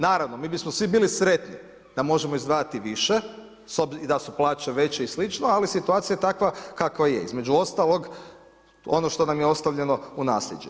Naravno, mi bismo svi bili sretni da možemo izdvajati više i da su plaće veće i slično, ali situacija je takva kakva je, između ostalog ono što nam je ostavljeno u nasljeđe.